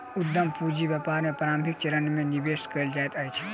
उद्यम पूंजी व्यापार के प्रारंभिक चरण में निवेश कयल जाइत अछि